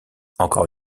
encore